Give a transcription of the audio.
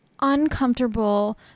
uncomfortable